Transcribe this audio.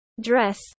dress